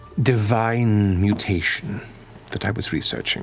divine mutation that i was researching